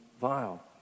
vile